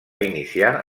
iniciar